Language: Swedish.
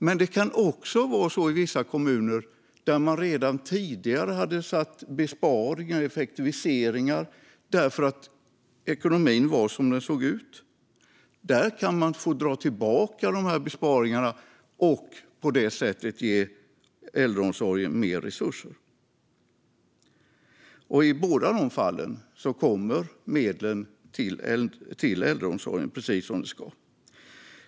Men det kan också vara så att man i vissa kommuner redan tidigare gjort besparingar och effektiviseringar därför att ekonomin såg ut som den gjorde. Där kan man få dra tillbaka de besparingarna och på det sättet ge äldreomsorgen mer resurser. I båda de fallen kommer medlen till äldreomsorgen precis som de ska.